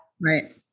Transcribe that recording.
Right